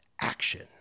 action